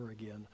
again